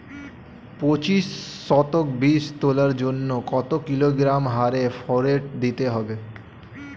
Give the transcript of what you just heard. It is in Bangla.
পঁচিশ শতক বীজ তলার জন্য কত কিলোগ্রাম হারে ফোরেট দিতে হবে?